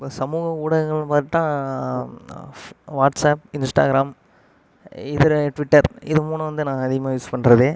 இப்போ சமூக ஊடகங்கள்னு பார்த்தா வாட்ஸ்அப் இன்ஸ்டாகிராம் இதுற ட்விட்டர் இது மூணும் வந்து நாங்கள் அதிகமாக யூஸ் பண்ணுறது